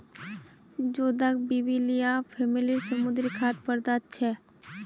जोदाक बिब्लिया फॅमिलीर समुद्री खाद्य पदार्थ छे